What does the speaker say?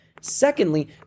Secondly